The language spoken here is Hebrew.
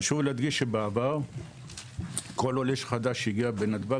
חשוב להדגיש שבעבר כל עולה חדש שהגיע לנתב"ג,